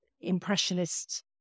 impressionist